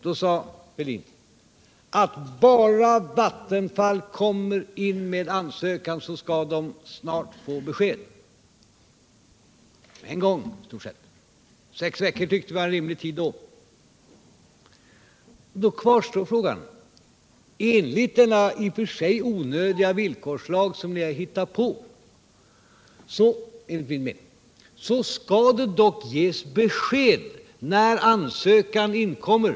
Då sade Fälldin: Bara Vattenfall kommer in med en ansökan, så skall man snart få besked — i stort sett på en gång. Sex veckor tyckte vi var en rimlig tid då. Frågan kvarstår! Enligt denna som jag ser det i och för sig onödiga villkorslag, som ni har hittat på, skall det dock ges besked när ansökan inkommer.